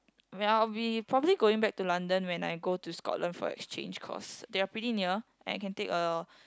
well I'll be probably going back to London when I go to Scotland for exchange cause they're pretty near I can take a